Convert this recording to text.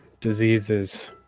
diseases